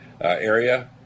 area